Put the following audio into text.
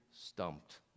stumped